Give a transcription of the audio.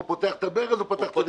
הוא פתח את הברז פתח את המערכת.